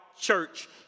church